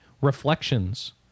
Reflections